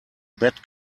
bat